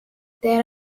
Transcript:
there